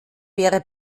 wäre